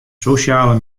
sosjale